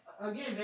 again